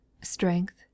strength